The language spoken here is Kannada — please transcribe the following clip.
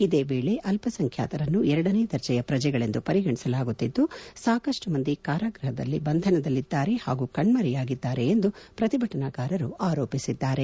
ಇದೇ ವೇಳೆ ಅಲ್ಲಾ ಸಂಖ್ಯಾತರನ್ನು ಎರಡನೇ ದರ್ಜೆಯ ಪ್ರಜೆಗಳೆಂದು ಪರಿಗಣಿಸಲಾಗುತ್ತಿದ್ದು ಸಾಕಷ್ನು ಮಂದಿ ಕಾರಾಗ್ಬಹದ ಬಂಧನದಲ್ಲಿದ್ದಾರೆ ಹಾಗೂ ಕಣ್ಮರೆಯಾಗಿದ್ದಾರೆ ಎಂದು ಪ್ರತಿಭಟನಕಾರರು ಆರೋಪಿಸಿದ್ದಾರೆ